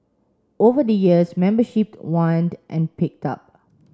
over the years membership waned and picked up